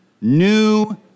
new